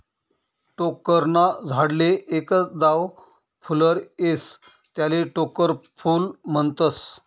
टोक्कर ना झाडले एकच दाव फुल्लर येस त्याले टोक्कर फूल म्हनतस